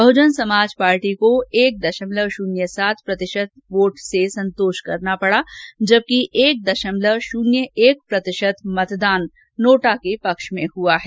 Bahujan Samaj Party को एक दशमलव शून्य सात प्रतिशत वोट से संतोष करना पडा है जबकि एक दशमलव शुन्य एक प्रतिशत मतदान नोटा के पक्ष में हुआ है